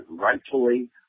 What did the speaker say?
rightfully